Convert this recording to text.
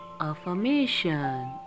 affirmation